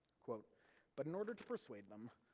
but in order to persuade them,